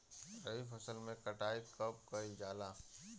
रबी फसल मे कटाई कब कइल जाला?